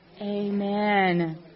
Amen